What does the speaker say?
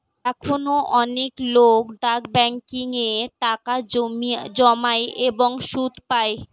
এখনো অনেক লোক ডাক ব্যাংকিং এ টাকা জমায় এবং সুদ পায়